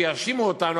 שיאשימו אותנו,